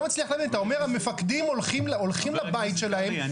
מצליח להבין אתה אומר המפקדים הולכים לבית שלהם,